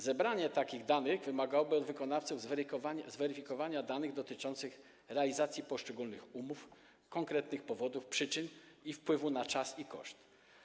Zebranie takich danych wymagałoby od wykonawców zweryfikowania danych dotyczących realizacji poszczególnych umów, konkretnych powodów, przyczyn i wpływu na czas i koszt.